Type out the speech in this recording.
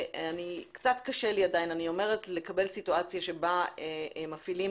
קצת קשה לי עדיין לקבל סיטואציה בה מפעילים